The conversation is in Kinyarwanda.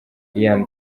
ian